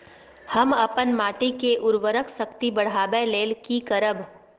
हम अपन माटी के उर्वरक शक्ति बढाबै लेल की करब?